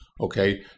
Okay